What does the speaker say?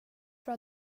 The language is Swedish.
för